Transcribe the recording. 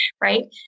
right